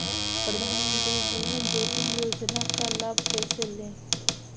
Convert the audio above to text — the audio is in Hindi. प्रधानमंत्री जीवन ज्योति योजना का लाभ कैसे लें?